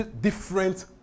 Different